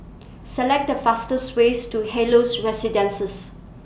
Select The fastest ways to Helios Residences